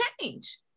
change